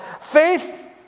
Faith